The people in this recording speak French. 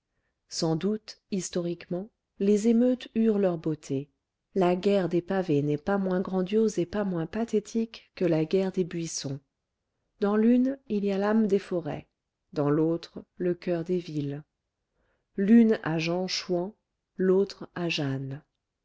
sans doute historiquement les émeutes eurent leur beauté la guerre des pavés n'est pas moins grandiose et pas moins pathétique que la guerre des buissons dans l'une il y a l'âme des forêts dans l'autre le coeur des villes l'une a jean chouan l'autre a jeanne